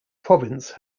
province